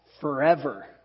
forever